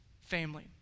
family